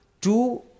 Two